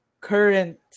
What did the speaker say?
current